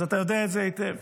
אז אתה יודע את זה היטב.